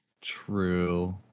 True